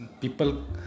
People